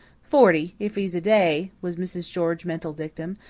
forty, if he is a day, was mrs. george's mental dictum,